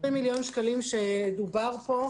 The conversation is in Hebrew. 20 מיליון השקלים שהזכירו כאן,